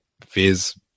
Fizz